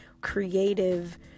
creative